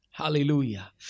hallelujah